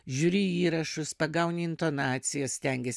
žiūri įrašus pagauni intonaciją stengies